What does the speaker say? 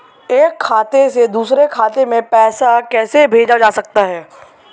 एक खाते से दूसरे खाते में पैसा कैसे भेजा जा सकता है?